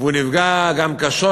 והוא נפגע קשות